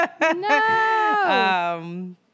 No